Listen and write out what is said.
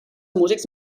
músics